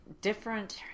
different